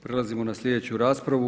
Prelazimo na slijedeću raspravu.